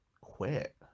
quit